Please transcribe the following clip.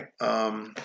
right